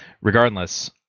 regardless